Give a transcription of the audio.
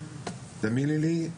תאמיני לי,